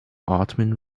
ottoman